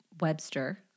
Webster